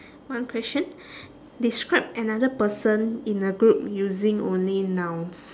one question describe another person in a group using only nouns